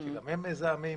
שגם הם מזהמים.